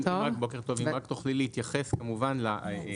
בוקר טוב, אם רק תוכלי להתייחס כמובן להלימה